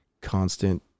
constant